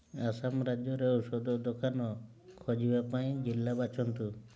ଆସାମ ରାଜ୍ୟରେ ଔଷଧ ଦୋକାନ ଖୋଜିବା ପାଇଁ ଜିଲ୍ଲା ବାଛନ୍ତୁ